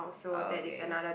okay